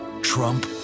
Trump